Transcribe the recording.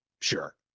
Sure